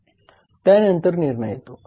त्यानंतर निर्णय येतो